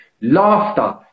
laughter